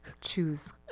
choose